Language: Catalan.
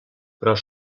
però